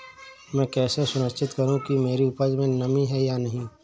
मैं कैसे सुनिश्चित करूँ कि मेरी उपज में नमी है या नहीं है?